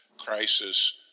Crisis